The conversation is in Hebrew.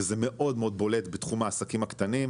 וזה מאוד מאוד בולט בתחום העסקים הקטנים,